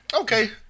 Okay